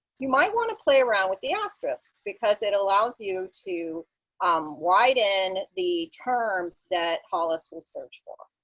you might want to play around with the asterisk because it allows you to um widen the terms that hollis will search for.